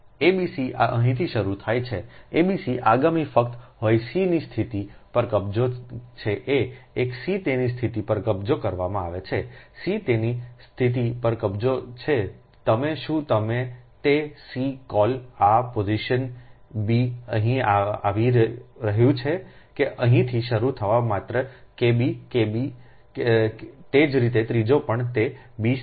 તેથી abc આ અહીંથી શરૂ થાય છે abc આગામી ફક્ત હોઈ c ની સ્થિતિ પર કબજો છે a એક c તેની સ્થિતિ પર કબજો કરવામાં આવે છે ખ તેની સ્થિતિ પર કબજો છે તમે શું તમે તે સી કૉલઓ પોઝિશન બી અહીં આવી રહ્યું છે કે અહીંથી શરૂ થવું માત્ર કેબ કેબ તે જ રીતે ત્રીજો પણ તે બી